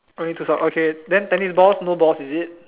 only two socks okay then tennis balls no balls is it